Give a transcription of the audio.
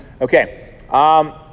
Okay